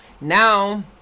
now